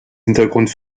hintergrund